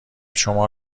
شما